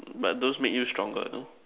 but those make you stronger no